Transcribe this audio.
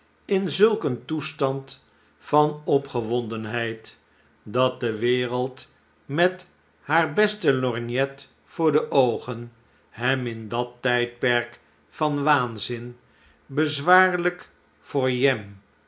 in zulk een toestand van opgewondenheid dat de wereld met haar beste lorgnet voor de oogen hem in dat tijdperk van waanzin bezwaarlijk voor jem